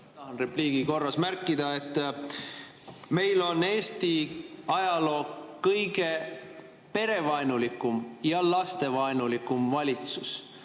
Tahan repliigi korras märkida, et meil on Eesti ajaloo kõige perevaenulikum ja lastevaenulikum valitsus